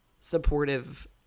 supportive